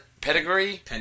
Pedigree